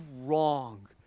wrong